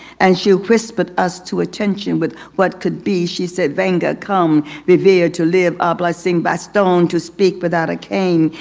and she whispered us to attention with what could be. she said venga, come revere to live a blessing by stone, to speak without a cane.